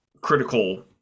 critical